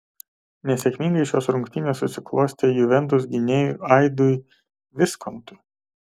nesėkmingai šios rungtynės susiklostė juventus gynėjui aidui viskontui